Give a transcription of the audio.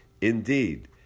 Indeed